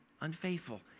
unfaithful